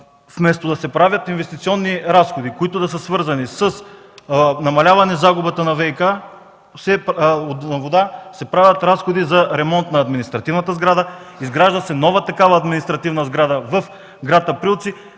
Вместо да се правят инвестиционни разходи, които да са свързани с намаляване загубата на вода, се правят разходи за ремонт на административната сграда, изгражда се нова административна сграда в град Априлци.